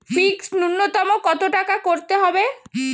Fixed নুন্যতম কত টাকা করতে হবে?